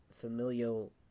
familial